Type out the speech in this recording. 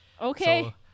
Okay